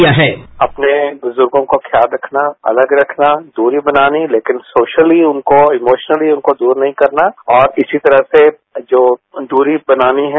sound bite अपने बुजुगों का ख्याल रखना अलग रखना दूरी बनानी लेकिन सोशली उनको इमोशनली उनको दूर नहीं करना और इसी तरह से जो दूरी बनानी है